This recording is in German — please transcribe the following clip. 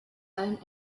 allen